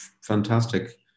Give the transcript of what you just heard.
fantastic